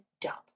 dump